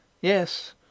yes